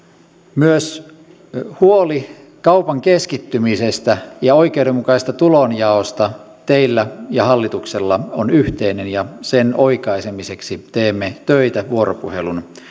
myös huoli kaupan keskittymisestä ja oikeudenmukaisesta tulonjaosta teillä ja hallituksella on yhteinen ja sen oikaisemiseksi teemme töitä vuoropuhelun